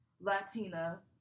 Latina